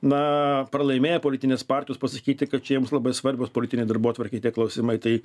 na pralaimėję politinės partijos pasakyti kad čia jiems labai svarbios politinei darbotvarkei tie klausimai tai